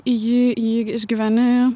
jį jį išgyveni